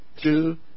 two